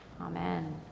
amen